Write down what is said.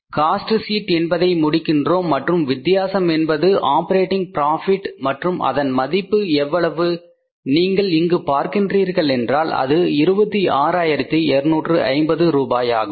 cost sheet என்பதை முடிக்கின்றோம் மற்றும் வித்தியாசம் என்பது ஆப்பரேட்டிங் பிராபிட் மற்றும் அதன் மதிப்பு எவ்வளவு நீங்கள் இங்கு பார்க்கின்றீர்களென்றாள் அது 26250 ரூபாயாகும்